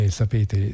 sapete